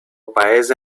paese